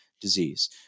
disease